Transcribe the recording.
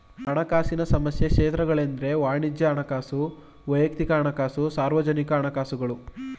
ಹಣಕಾಸಿನ ಸಾಮಾನ್ಯ ಕ್ಷೇತ್ರಗಳೆಂದ್ರೆ ವಾಣಿಜ್ಯ ಹಣಕಾಸು, ವೈಯಕ್ತಿಕ ಹಣಕಾಸು, ಸಾರ್ವಜನಿಕ ಹಣಕಾಸುಗಳು